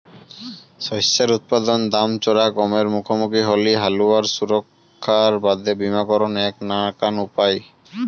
শস্যের উৎপাদন দাম চরা কমের মুখামুখি হলি হালুয়ার সুরক্ষার বাদে বীমাকরণ এ্যাক নাকান উপায়